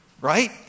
right